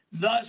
Thus